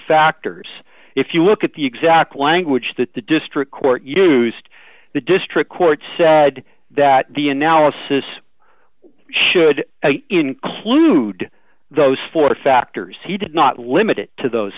factors if you look at the exact language that the district court used the district court said that the analysis should include those four factors he did not limit it to those